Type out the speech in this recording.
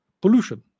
pollution